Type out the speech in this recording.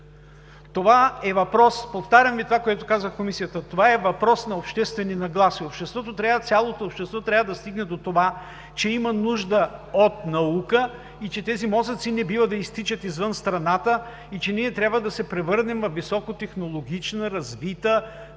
и глупави?“. Повтарям Ви това, което казах и в Комисията: това е въпрос на обществени нагласи. Цялото общество трябва да стигне до това, че има нужда от наука и че тези мозъци не бива да изтичат извън страната, и че ние трябва да се превърнем във високотехнологична, развита